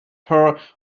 her